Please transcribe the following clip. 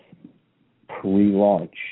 pre-launch